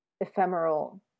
ephemeral